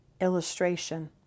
illustration